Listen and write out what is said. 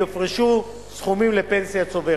יופרשו סכומים לפנסיה צוברת.